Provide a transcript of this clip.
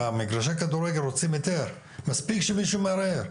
במגרשי הכדורגל רוצים היתר, מספיק שמישהו מערער.